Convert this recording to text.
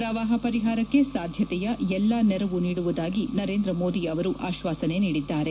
ಪ್ರವಾಹ ಪರಿಹಾರಕ್ಕೆ ಸಾಧ್ಯತೆಯ ಎಲ್ಲಾ ನೆರವು ನೀಡುವುದಾಗಿ ನರೇಂದ್ರ ಮೋದಿ ಅವರು ಆಶ್ವಾಸನೆ ನೀಡಿದ್ದಾರೆ